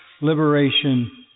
liberation